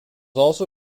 also